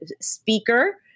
speaker